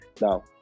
now